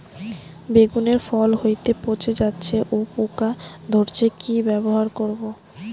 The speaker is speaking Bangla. বেগুনের ফল হতেই পচে যাচ্ছে ও পোকা ধরছে কি ব্যবহার করব?